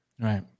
Right